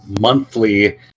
monthly